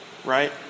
Right